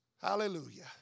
Hallelujah